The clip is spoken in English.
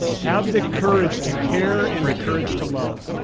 have the courage to care and the courage to love.